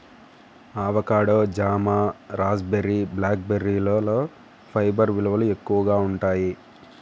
avocado, జామ, raspberry, black బెర్రీలలో fibre విలువలు ఎక్కువగా ఉంటాయి